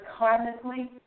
karmically